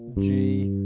g,